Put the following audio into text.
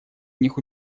них